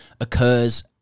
occurs